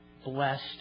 blessed